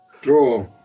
Draw